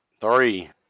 Three